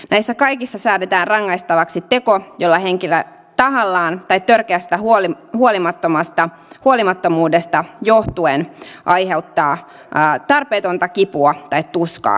näissä kaikissa säädetään rangaistavaksi teko jolla henkilö tahallaan tai törkeästä huolimattomuudesta johtuen aiheuttaa tarpeetonta kipua tai tuskaa eläimelle